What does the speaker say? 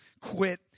quit